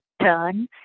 turn